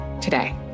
today